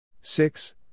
six